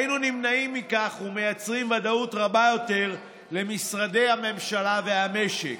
היינו נמנעים מכך ומייצרים ודאות רבה יותר למשרדי הממשלה ולמשק.